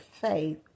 faith